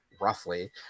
roughly